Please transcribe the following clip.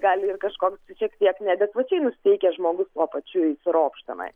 gali ir kažkoks šiek tiek neadekvačiai nusiteikęs žmogus tuo pačiu įsiropš tenai